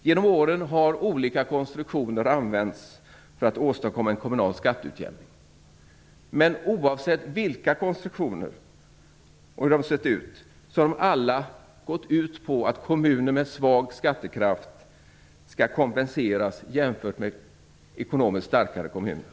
Genom åren har olika konstruktioner använts för att åstadkomma en kommunal skatteutjämning. Oavsett hur konstruktionerna har sett ut har de dock alla gått ut på att kommuner med låg skattekraft skall kompenseras jämfört med ekonomiskt starkare kommuner.